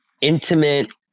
intimate